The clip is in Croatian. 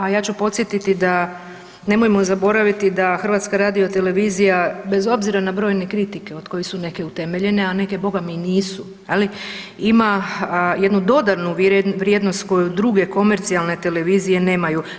A ja ću podsjetiti nemojmo zaboraviti da HRT bez obzira na brojne kritike od kojih su neke utemeljene, a neke bogami i nisu je li ima jednu dodanu vrijednost koju druge komercijalne televizije nemaju.